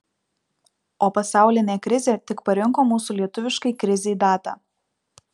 o pasaulinė krizė tik parinko mūsų lietuviškai krizei datą